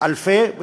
אלפי אנשים,